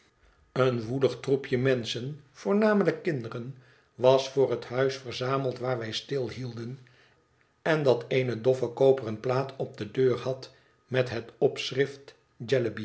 een woelig troepje menschén voornamelijk kinderen was voor het huis verzameld waar wij stilhielden en dat eene doffe koperen plaat op de deur had met het opschrift